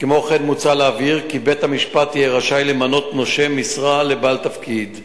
כמו כן מוצע להבהיר כי בית-המשפט יהיה רשאי למנות נושא משרה לבעל תפקיד,